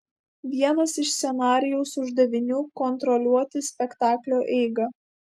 vienas iš scenarijaus uždavinių kontroliuoti spektaklio eigą